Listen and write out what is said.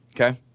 Okay